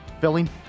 filling